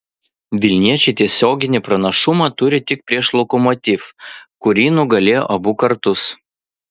vilniečiai tiesioginį pranašumą turi tik prieš lokomotiv kurį nugalėjo abu kartus